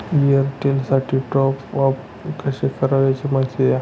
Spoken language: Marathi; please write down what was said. एअरटेलसाठी टॉपअप कसे करावे? याची माहिती द्या